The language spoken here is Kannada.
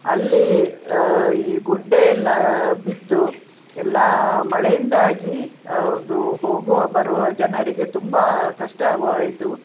ಅಲ್ಲಿ ಈ ಗುಡ್ಡೆ ಎಲ್ಲ ಬಿದ್ದು ಎಲ್ಲಾ ಮಳೆಯಿಂದಾಗಿ ಅದು ಹೋಗುವ ಬರುವ ಜನರಿಗೆ ತುಂಬಾ ಕಷ್ಟವು ಆಯಿತು